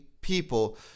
people